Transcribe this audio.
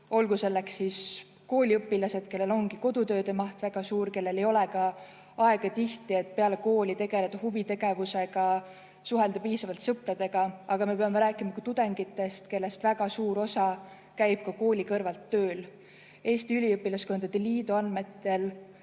– eriti kooliõpilastel, kellel ongi kodutööde maht väga suur, kellel ei ole tihti aega, et peale kooli tegeleda huvitegevusega, suhelda piisavalt sõpradega, aga me peame rääkima ka tudengitest, kellest väga suur osa käib kooli kõrvalt tööl. Eesti Üliõpilaskondade Liidu andmetel